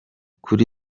kuri